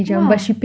!wah!